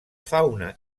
fauna